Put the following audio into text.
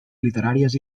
literàries